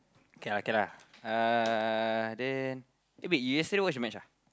k lah k lah uh then eh wait you yesterday watch the match ah